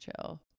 chill